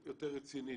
רצינית,